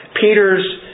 Peter's